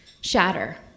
shatter